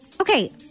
Okay